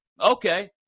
Okay